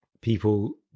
people